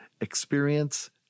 experience